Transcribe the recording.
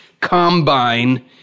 combine